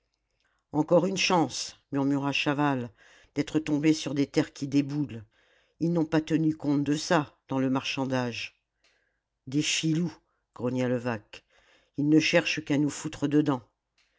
encore une chance murmura chaval d'être tombé sur des terres qui déboulent ils n'ont pas tenu compte de ça dans le marchandage des filous grogna levaque ils ne cherchent qu'à nous foutre dedans